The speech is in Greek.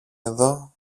εδώ